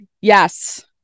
Yes